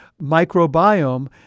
microbiome